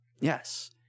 Yes